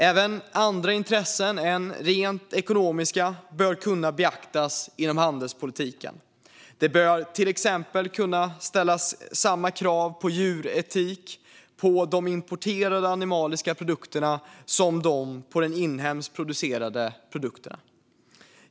Även andra intressen än rent ekonomiska bör kunna beaktas inom handelspolitiken. Det bör till exempel kunna ställas samma krav på djuretik på de importerade animaliska produkterna som på de inhemskt producerade produkterna.